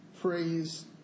praise